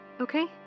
okay